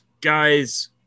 guys